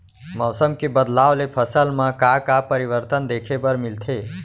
मौसम के बदलाव ले फसल मा का का परिवर्तन देखे बर मिलथे?